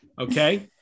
Okay